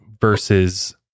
Versus